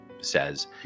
says